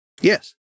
yes